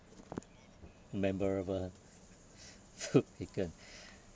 memorable food taken